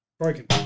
Broken